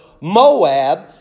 Moab